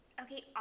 Okay